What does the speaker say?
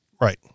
right